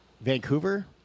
Vancouver